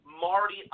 Marty